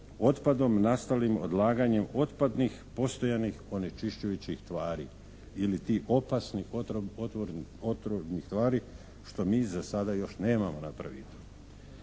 otpadom nastalim odlaganjem otpadnih postojanih onečišćujućih tvari ili tih opasnih otrovnih tvari što mi za sada još nemamo napravito.